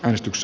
äänestys